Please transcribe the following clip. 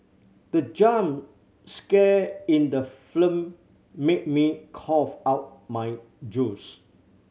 the jump scare in the film made me cough out my juice